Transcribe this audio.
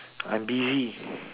I'm busy